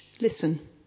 listen